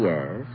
Yes